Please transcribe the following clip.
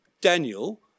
Daniel